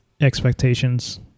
expectations